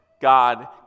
God